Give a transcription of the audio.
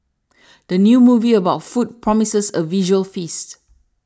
the new movie about food promises a visual feast